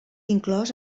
inclòs